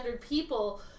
people